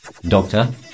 Doctor